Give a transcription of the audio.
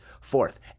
Fourth